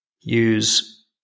use